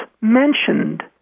mentioned